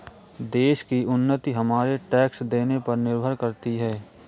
देश की उन्नति हमारे टैक्स देने पर निर्भर करती है